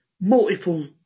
multiple